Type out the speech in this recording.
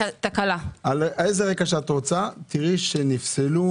תראי שנפסלו